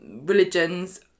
religions